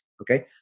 okay